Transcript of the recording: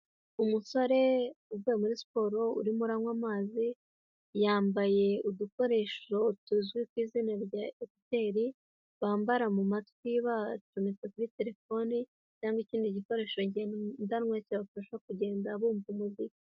Umusore uvuye muri siporo urimo uranywa amazi yambaye udukoresho tuzwi ku izina rya ekuteri bambara matwi bacometse kuri terefone cyangwa ikindi gikoresho ngendanwa kibafasha kugenda bumva umuziki.